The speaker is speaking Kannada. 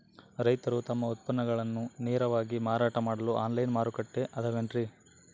ರೈತರು ತಮ್ಮ ಉತ್ಪನ್ನಗಳನ್ನ ನೇರವಾಗಿ ಮಾರಾಟ ಮಾಡಲು ಆನ್ಲೈನ್ ಮಾರುಕಟ್ಟೆ ಅದವೇನ್ರಿ?